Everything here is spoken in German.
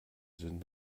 sind